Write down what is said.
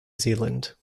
zealand